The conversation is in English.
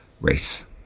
race